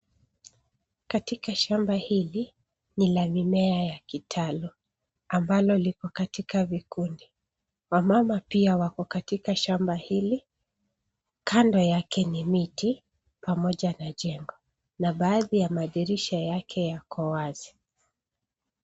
Katika shamba hili ni la mimea ya kitalu ambalo lipo katika vikundi. Wamama pia wako katika shamba hili. Kando yake ni miti pamoja na jengo na baadhi ya madirisha yake yako wazi.